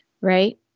right